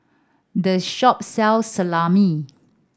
this shop sells Salami